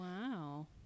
Wow